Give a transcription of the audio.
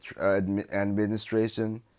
administration